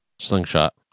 Slingshot